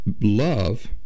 love